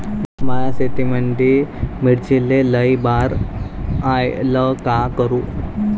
माया शेतामंदी मिर्चीले लई बार यायले का करू?